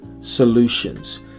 solutions